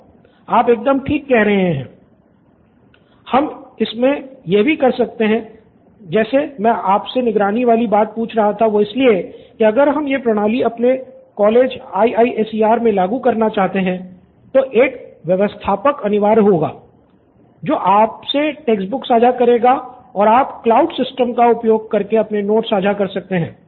student 1 आप एकदम ठीक कह रहे है हम इसमे यह भी कर सकते हैं कि जैसे मैं आपसे निगरानी वाली बात पूछ रहा था वो इसलिए कि अगर हम ये प्रणाली हमारे अपने कॉलेज IISER मे लागू करना चाहे तो एक व्यवस्थापक अनिवार्य होगा जो आपसे टेक्स्ट बुक्स साझा करेगा और आप क्लाउड सिस्टम का उपयोग करके अपने नोट्स साझा कर सकते हैं